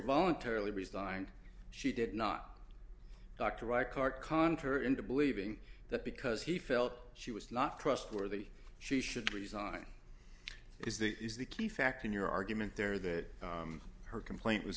voluntarily resigned she did not dr reichardt contraire into believing that because he felt she was not trustworthy she should resign is that is the key fact in your argument there that her complaint was